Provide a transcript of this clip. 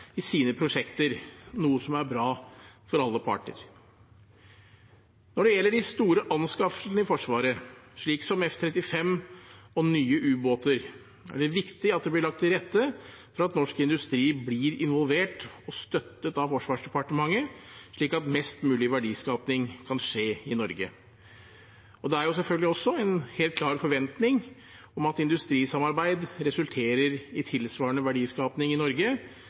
i sine prosjekter, noe som er bra for alle parter. Når det gjelder de store anskaffelsene i Forsvaret, slik som F-35 og nye ubåter, er det viktig at det blir lagt til rette for at norsk industri blir involvert og støttet av Forsvarsdepartementet, slik at mest mulig verdiskaping kan skje i Norge. Det er selvfølgelig også en helt klar forventning at industrisamarbeid resulterer i tilsvarende verdiskaping i Norge